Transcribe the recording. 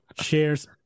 shares